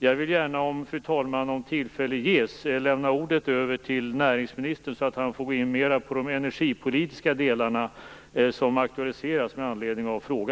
Jag vill gärna, fru talman, om tillfälle ges lämna ordet över till näringsministern så att han kan gå in mera på de energipolitiska delar som aktualiserats med anledning av frågan.